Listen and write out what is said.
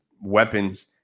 weapons